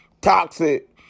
toxic